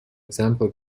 example